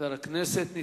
חבר הכנסת גדעון עזרא,